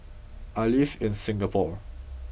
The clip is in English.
I live in Singapore